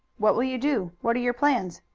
what will you do? what are your plans?